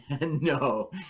No